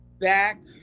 back